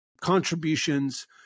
contributions